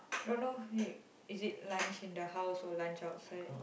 don't know is it lunch in the house or lunch outside